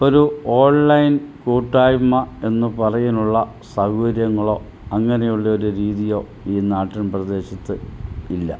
ഒരു ഓൺലൈൻ കൂട്ടായ്മ എന്നു പറയാനുള്ള സൗകര്യങ്ങളോ അങ്ങനെയുള്ളൊരു രീതിയോ ഈ നാട്ടിൻ പ്രദേശത്ത് ഇല്ല